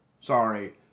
Sorry